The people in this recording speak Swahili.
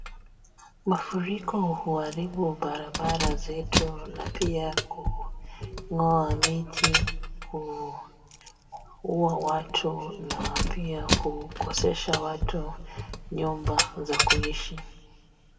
Mafuriko huaribu barabara zetu na pia kungoa miti kuua watu na pia kukosesha watu nyumba za kuishi